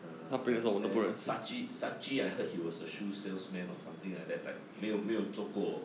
err then sacchi sacchi I heard he was a shoe salesman or something like that like 没有没有做过